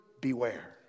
beware